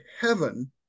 heaven